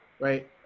right